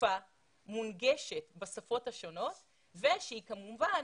שקופה ומונגשת בשפות השונות ושהיא כמובן